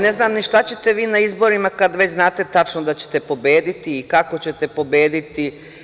Ne znam ni šta ćete vi na izborima kada već znate tačno da ćete pobediti i kako ćete pobediti.